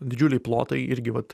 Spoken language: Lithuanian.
didžiuliai plotai irgi vat